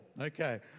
okay